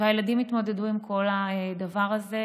הילדים התמודדו עם כל הדבר הזה,